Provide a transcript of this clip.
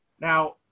Now